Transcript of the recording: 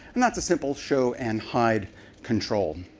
and that's a simple show and hide control.